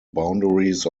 boundaries